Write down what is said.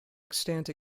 extant